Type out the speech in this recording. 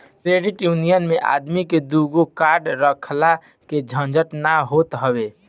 credit union मे आदमी के दूगो कार्ड रखला के झंझट ना होत हवे